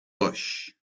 bush